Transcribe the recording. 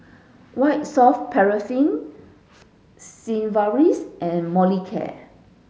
white soft paraffin Sigvaris and Molicare